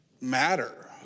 matter